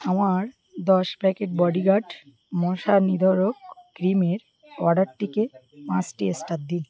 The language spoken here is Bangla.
আমার দশ প্যাকেট বডিগার্ড মশা নিরোধক ক্রিমের অর্ডারটিকে পাঁচটি স্টার দিন